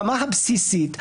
ברמה הבסיסית,